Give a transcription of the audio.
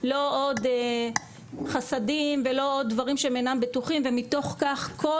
לא עוד חסדים ולא עוד דברים שהם אינם בטוחים ומתוך כך כל